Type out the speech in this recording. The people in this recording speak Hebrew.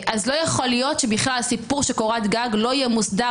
אז לא יכול להיות שסיפור של קורת גג לא יהיה מוסדר